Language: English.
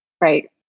Right